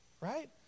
right